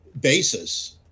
basis